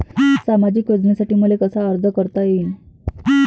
सामाजिक योजनेसाठी मले कसा अर्ज करता येईन?